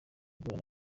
guhura